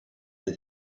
that